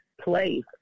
place